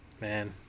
Man